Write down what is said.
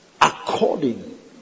According